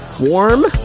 warm